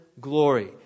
glory